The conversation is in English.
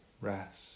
rest